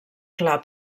clar